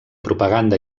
propaganda